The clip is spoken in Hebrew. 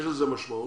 יש לזה משמעות.